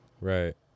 Right